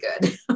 good